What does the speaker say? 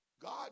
God